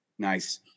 Nice